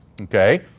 okay